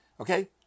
Okay